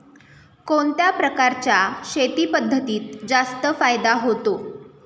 कोणत्या प्रकारच्या शेती पद्धतीत जास्त फायदा होतो?